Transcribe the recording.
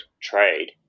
trade